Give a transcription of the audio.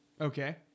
Okay